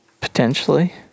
Potentially